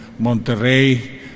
Monterrey